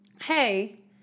hey